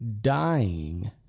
dying